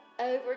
Over